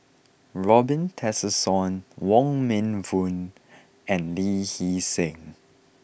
Robin Tessensohn Wong Meng Voon and Lee Hee Seng